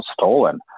stolen